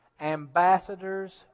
ambassadors